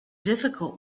difficult